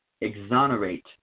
exonerate